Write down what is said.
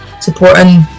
supporting